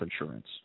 insurance